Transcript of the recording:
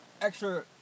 extra